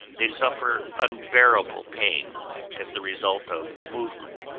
they suffer unbearable pain as the result of the movement,